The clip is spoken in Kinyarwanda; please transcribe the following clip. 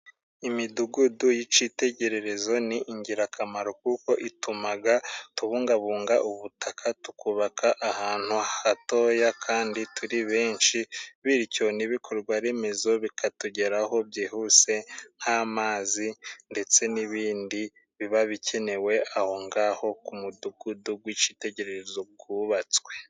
Imidugudu y'icitegererezo ni ingirakamaro kuko itumaga tubungabunga ubutaka, tukubaka ahantu hatoya kandi turi benshi, bityo n'ibikorwaremezo bikatugeraho byihuse, nk'amazi ndetse n'ibindi biba bikenewe. Aho ngaho ku mudugudu gw'icitegererezo gubatswe.